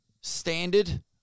standard